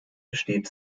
besteht